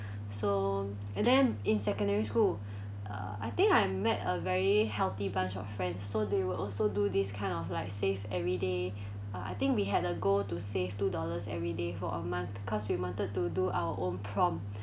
so and then in secondary school uh I think I met a very healthy bunch of friends so they will also do this kind of like save every day uh I think we had a goal to save two dollars every day for a month because we wanted to do our own prom